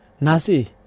Nasi